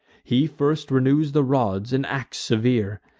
he first renews the rods and ax severe,